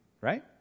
right